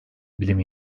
bilim